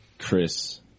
Chris